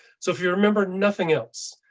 so if you remember nothing else,